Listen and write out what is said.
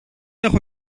έχω